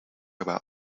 about